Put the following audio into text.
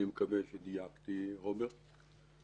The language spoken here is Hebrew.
אני מקווה שדייקתי, רוברט.